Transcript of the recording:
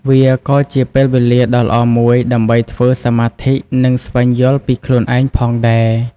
វាក៏ជាពេលវេលាដ៏ល្អមួយដើម្បីធ្វើសមាធិនិងស្វែងយល់ពីខ្លួនឯងផងដែរ។